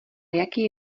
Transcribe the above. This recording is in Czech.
jaký